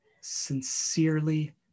sincerely